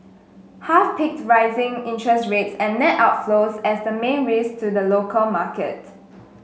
half picked rising interest rates and net outflows as the main risks to the local market